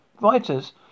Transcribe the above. Writers